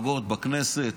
המפלגות בכנסת,